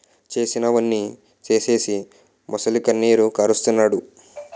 చేసినవన్నీ సేసీసి మొసలికన్నీరు కారస్తన్నాడు